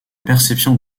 perception